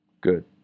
good